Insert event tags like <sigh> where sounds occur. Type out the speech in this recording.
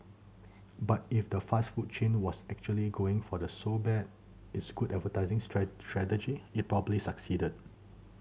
<noise> but if the fast food chain was actually going for the so bad it's good advertising <unintelligible> strategy it probably succeeded